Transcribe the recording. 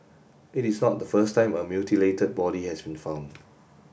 it is not the first time a mutilated body has been found